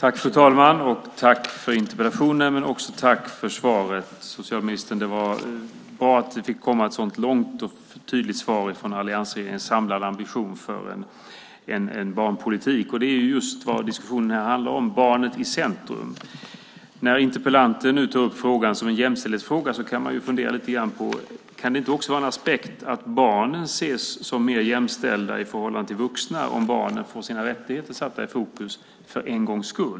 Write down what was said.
Fru talman! Jag tackar för interpellationen och för svaret. Det var bra att det kom ett så långt och tydligt svar om alliansregeringens samlade ambition för en barnpolitik. Det är just vad diskussionen här handlar om - barnet i centrum. När interpellanten nu tar upp frågan som en jämställdhetsfråga kan man fundera lite grann på om det inte även kan vara en aspekt att barnen ses som mer jämställda i förhållande till vuxna om barnen får sina rättigheter satta i fokus för en gångs skull.